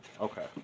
Okay